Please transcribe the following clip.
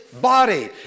body